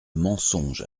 mensonges